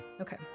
Okay